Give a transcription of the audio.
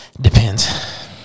Depends